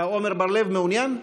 עמר בר לב מעוניין?